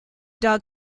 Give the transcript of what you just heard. dog